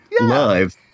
Live